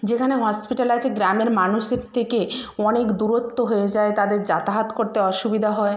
যেখানে হসপিটাল আছে গ্রামের মানুষের থেকে অনেক দূরত্ব হয়ে যায় তাদের যাতায়াত করতে অসুবিধা হয়